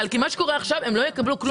כי מה שקורה עכשיו זה שהם לא יקבלו כלום.